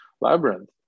labyrinth